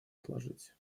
отложить